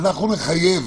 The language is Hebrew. ונחייב